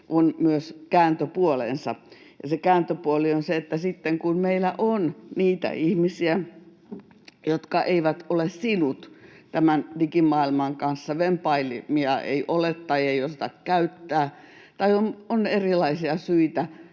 on myös kääntöpuolensa. Ja se kääntöpuoli on se, että sitten kun meillä on niitä ihmisiä, jotka eivät ole sinuja tämän digimaailman kanssa — vempaimia ei ole, tai ei osata niitä käyttää, tai on erilaisia syitä,